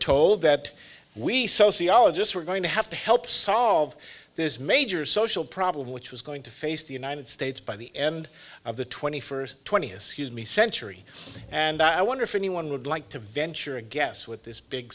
told that we sociologists were going to have to help solve this major social problem which was going to face the united states by the end of the twenty first twenty excuse me century and i wonder if anyone would like to venture a guess with this big